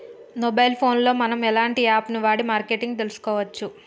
Mobile phone లో మనం ఎలాంటి యాప్ వాడి మార్కెటింగ్ తెలుసుకోవచ్చు?